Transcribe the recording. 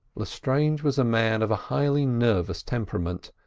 lestrange was a man of a highly nervous temperament,